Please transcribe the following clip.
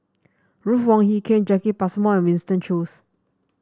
Ruth Wong Hie King Jacki Passmore and Winston Choos